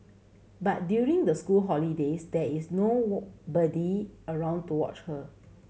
but during the school holidays there is no body around to watch her